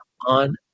on